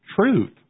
truth